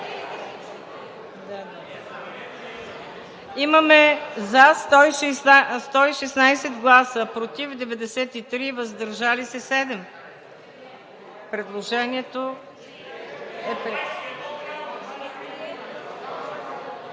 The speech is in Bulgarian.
Имаме за 116 гласа, против 93, въздържали се 7. Предложението… (Шум